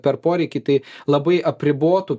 per poreikį tai labai apribotų